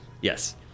Yes